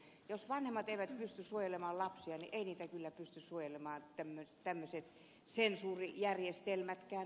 jos vanhemmat eivät pysty suojelemaan lapsia niin eivät niitä kyllä pysty suojelemaan tämmöiset sensuurijärjestelmätkään